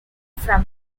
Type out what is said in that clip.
from